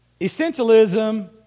Essentialism